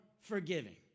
forgiving